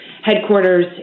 headquarters